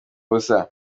ubusa